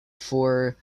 for